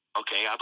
okay